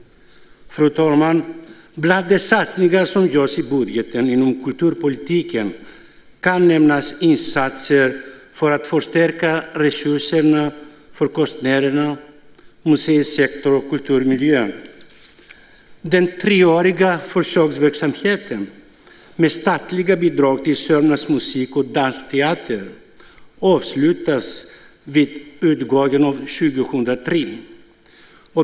Fru talman! Bland de satsningar som görs i budgeten inom kulturpolitiken kan nämnas insatser för att förstärka resurserna för konstnärerna, museisektorn och kulturmiljön. Den treåriga försöksverksamheten med statliga bidrag till Sörmlands Musik & Dansteater avslutas vid utgången av år 2003.